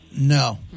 No